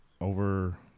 over